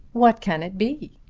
what can it be,